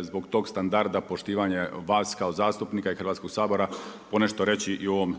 zbog tog standarda poštivanje vas kao zastupnika i Hrvatskog sabora ponešto reći i o ovom